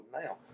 now